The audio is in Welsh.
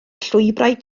llwybrau